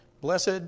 Blessed